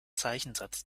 zeichensatz